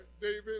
David